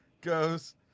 goes